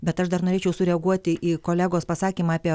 bet aš dar norėčiau sureaguoti į kolegos pasakymą apie